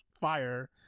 fire